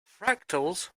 fractals